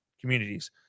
communities